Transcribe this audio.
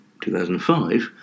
2005